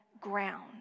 ground